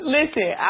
Listen